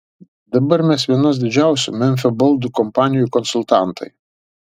dabar mes vienos didžiausių memfio baldų kompanijų konsultantai